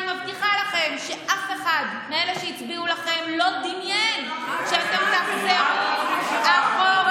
אני מבטיחה לכם שאף אחד מאלה שהצביעו לכם לא דמיין שאתם תחזרו אחורה,